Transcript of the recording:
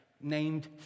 named